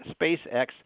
SpaceX